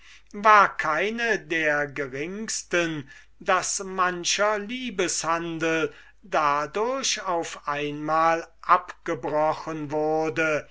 war keine der geringsten daß mancher liebeshandel dadurch auf einmal abgebrochen wurde